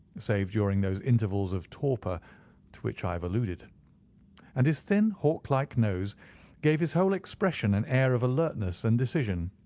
save during those intervals of torpor to which i have alluded and his thin, hawk-like nose gave his whole expression an air of alertness and decision.